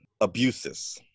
abuses